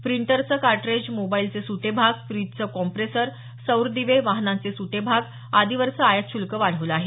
प्रिंटरचं cartridge मोबाईलचे सुटे भाग फ्रीजचं कॉम्प्रेसर सौर दिवे वाहनांचे सुटे भाग आदीवरचं आयात शुल्क वाढवलं आहे